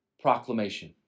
Proclamation